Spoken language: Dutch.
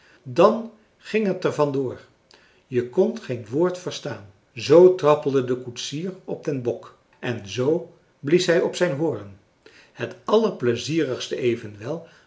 dan ging het er van door je kondt geen woord verstaan zoo trappelde de koetsier op den bok en zoo blies hij op zijn hoorn het allerpleizierigste evenwel